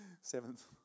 seventh